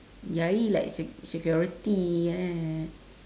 yayi like sec~ security ya